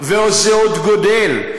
וזה עוד גדל.